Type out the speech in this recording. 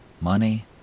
money